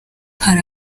hari